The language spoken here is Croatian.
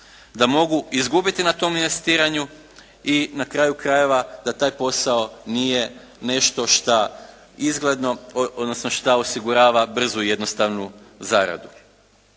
da mogu izgubiti na tom investiranju i na kraju krajeva da taj posao nije nešto što osigurava brzu i jednostavnu zaradu.